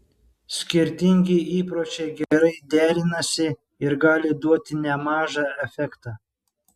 skirtingi įpročiai gerai derinasi ir gali duoti nemažą efektą